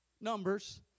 numbers